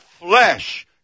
flesh